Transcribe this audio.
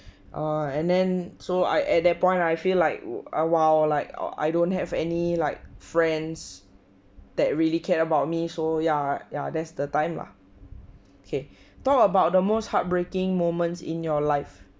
err and then so I at that point right I feel like err !wow! like I don't have any like friends that really care about me so ya ya that's the time lah okay talk about the most heartbreaking moments in your life